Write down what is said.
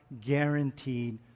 guaranteed